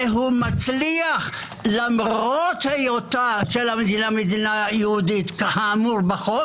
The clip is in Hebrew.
ומצליח למרות היות המדינה יהודית כאמור בחוק